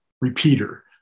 repeater